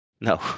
No